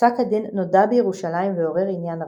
פסק הדין נודע בירושלים ועורר עניין רב.